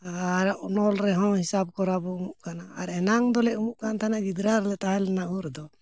ᱟᱨ ᱚᱱᱚᱞ ᱨᱮᱦᱚᱸ ᱦᱤᱥᱟᱹᱵᱽ ᱠᱚᱨᱟᱵᱚᱱ ᱩᱢᱩᱜ ᱠᱟᱱᱟ ᱟᱨ ᱮᱱᱟᱝ ᱫᱚᱞᱮ ᱩᱢᱩᱜ ᱠᱟᱱ ᱛᱟᱦᱮᱱᱟ ᱜᱤᱫᱽᱨᱟᱹ ᱨᱮᱞᱮ ᱛᱟᱦᱮᱸ ᱞᱮᱱᱟ ᱩᱱᱨᱮᱫᱚ